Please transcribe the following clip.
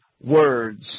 words